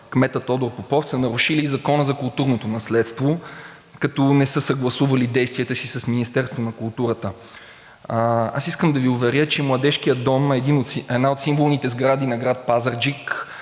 кмета Тодор Попов, са нарушили Закона за културното наследство, като не са съгласували действията си с Министерството на културата. Аз искам да Ви уверя, че Младежкият дом е една от символните сгради на град Пазарджик